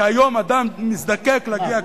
כי היום אדם מזדקק להגיע,